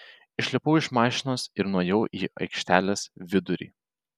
išlipau iš mašinos ir nuėjau į aikštelės vidurį